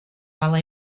while